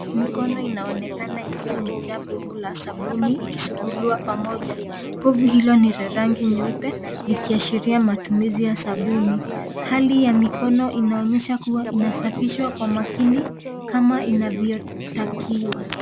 Mikono inaonekana ikiwa imejaa bovu la sabuni ikisukuliwa pamoja, bovu hilo ni cha rangi nyeupe likiashiria matumizi ya sabuni. Hali ya mikono inaonyesha kuwa inasafishwa Kwa makini kama inavyotakiwa.